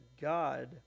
God